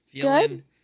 Good